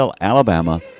Alabama